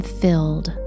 filled